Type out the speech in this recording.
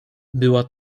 była